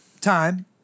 Time